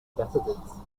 passages